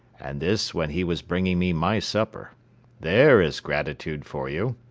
and this when he was bringing me my supper there is gratitude for you.